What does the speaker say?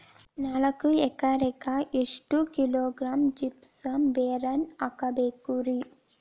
ನಾಲ್ಕು ಎಕರೆಕ್ಕ ಎಷ್ಟು ಕಿಲೋಗ್ರಾಂ ಜಿಪ್ಸಮ್ ಬೋರಾನ್ ಹಾಕಬೇಕು ರಿ?